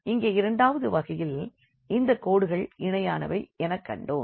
இங்கே இரண்டாவது வகையில் இந்தக் கோடுகள் இணையானவை எனக் கண்டோம்